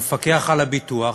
למפקח על הביטוח